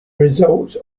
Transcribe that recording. result